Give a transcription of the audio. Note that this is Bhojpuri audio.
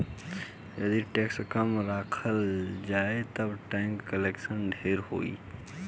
यदि टैक्स कम राखल जाओ ता टैक्स कलेक्शन ढेर होई